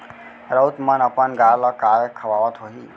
राउत मन अपन गाय ल काय खवावत होहीं